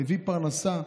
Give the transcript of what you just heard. מביא פרנסה לביתו,